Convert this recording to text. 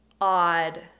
odd